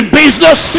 business